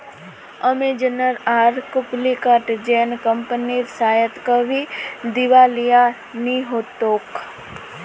Amazon आर Flipkart जेर कंपनीर शायद कभी दिवालिया नि हो तोक